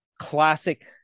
classic